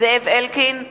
זאב אלקין,